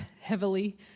heavily